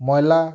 ମଇଳା